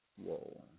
Whoa